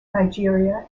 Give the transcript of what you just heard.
nigeria